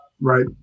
Right